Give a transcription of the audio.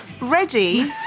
ready